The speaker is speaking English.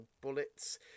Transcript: bullets